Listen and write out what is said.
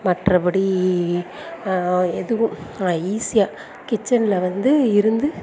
மற்றப்படி எதுவும் ஆ ஈஸியாக கிச்சனில் வந்து இருந்து